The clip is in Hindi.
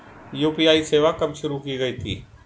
यू.पी.आई सेवा कब शुरू की गई थी?